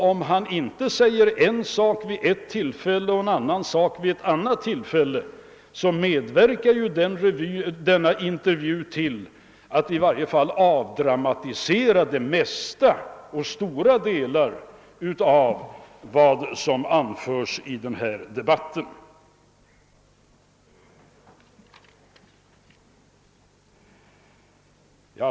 Om han inte säger en sak vid ett tillfälle och en annan sak vid ett annat tillfälle, medverkar denna intervju till att avdramatisera mycket av vad som har anförts i den här debatten.